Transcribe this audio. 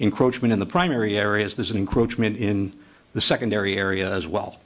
encroaching on the primary areas there's an encroachment in the secondary area as